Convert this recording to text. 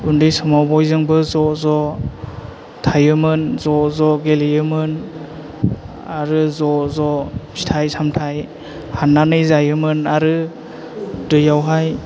उन्दै समाव बयजोंबो ज' ज' थायोमोन ज' ज' गेलेयोमोन आरो ज' ज' फिथाइ सामथाइ हाननानै जायोमोन आरो दैयावहाय